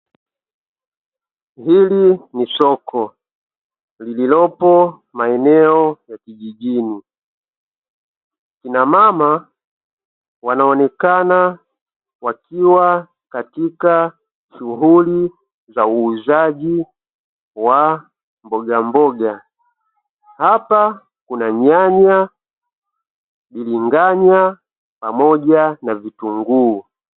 Hili ni soko lililopo maeneo ya vijijini, kina mama wanaoonekana wakiwa katika shughuli za uuzaji wa mbogamboga. Hapa kuna nyanya, biringanya pamoja na vitunguu.